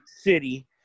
City